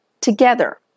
together